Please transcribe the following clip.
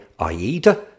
AIDA